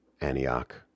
Antioch